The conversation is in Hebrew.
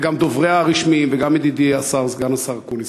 וגם דובריה הרשמיים וגם ידידי סגן השר אקוניס,